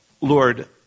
Lord